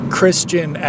Christian